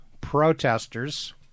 protesters